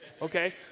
Okay